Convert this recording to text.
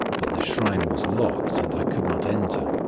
but the shrine was locked, and i could not enter.